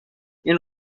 این